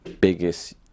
biggest